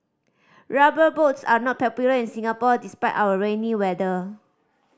Rubber Boots are not popular in Singapore despite our rainy weather